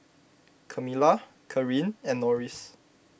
Kamilah Kareen and Norris